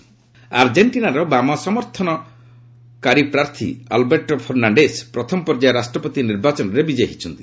Argentina ଆର୍ଜେଷ୍ଟିନାର ବାମ ସମର୍ଥନକାରୀ ପ୍ରାର୍ଥୀ ଅଲବେର୍ଟୋ ଫର୍ଣ୍ଣାଣ୍ଡେଜ୍ ପ୍ରଥମ ପର୍ଯ୍ୟାୟ ରାଷ୍ଟ୍ରପତି ନିର୍ବାଚନରେ ବିଜୟୀ ହୋଇଛନ୍ତି